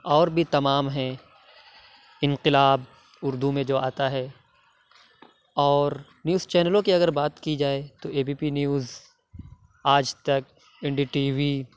اور بھی تمام ہیں انقلاب اُردو میں جو آتا ہے اور نیوز چینلوں کی اگر بات کی جائے تو A B P news Aaj Tak N D T we